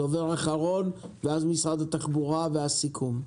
דוברת אחרונה, ואז משרד התחבורה והסיכום.